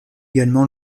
également